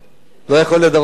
לא יכול להיות דבר כזה.